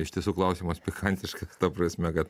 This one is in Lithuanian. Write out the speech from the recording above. iš tiesų klausimas pikantiška ta prasme kad